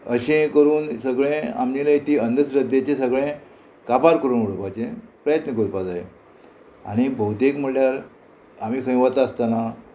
अशें करून सगळें आमचे न्हय ती अंधश्रद्धेचे सगळे काबार करून उडोवपाचे प्रयत्न करपा जायो आनी भौतेक म्हणल्यार आमी खंय वता आसतना